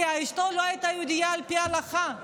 כי אשתו לא הייתה יהודייה על פי ההלכה.